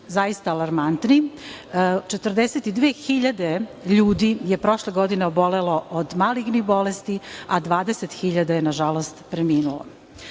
zaista alarmantni, 42.000 ljudi je prošle godine obolelo od malignih bolesti, a 20.000 je, nažalost, preminulo. Potrebe